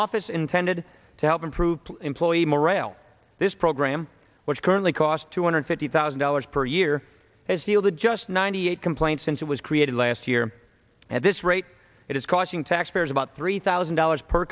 office intended to help improve employee morale this program which currently cost two hundred fifty thousand dollars per year as he'll to just ninety eight complaints since it was created last year at this rate it is costing taxpayers about three thousand dollars per